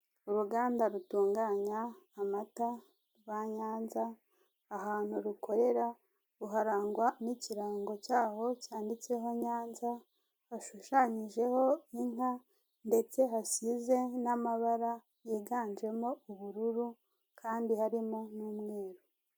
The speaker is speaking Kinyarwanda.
Uruganda rutunganya amata rwa Nyanza, ahantu rukorera ruharangwa n'ikirango cyaho cyanditseho Nyanza, hashushanyijeho inka ndetse hasize n'amabara yiganjemo ubururu kandi harimo n'umweru.